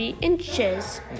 inches